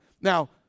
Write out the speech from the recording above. now